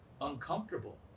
uncomfortable